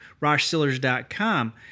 roshsillers.com